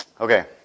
Okay